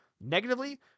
negatively